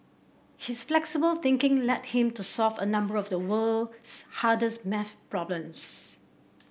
his flexible thinking led him to solve a number of the world's hardest maths problems